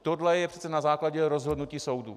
Tohle je přece na základě rozhodnutí soudu.